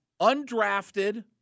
undrafted